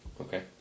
Okay